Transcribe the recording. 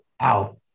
out